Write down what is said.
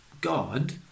God